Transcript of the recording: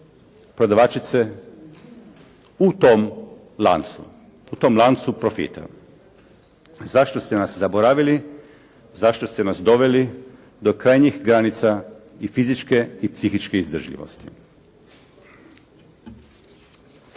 prodavačice u tom lancu, u tom lancu profita. Zašto ste nas zaboravili, zašto ste nas doveli do krajnjih granica i psihičke i fizičke izdržljivosti?